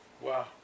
Wow